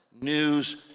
news